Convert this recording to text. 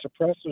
suppressors